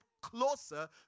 closer